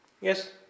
Yes